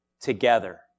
together